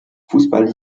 fußball